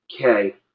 okay